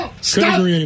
Stop